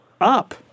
up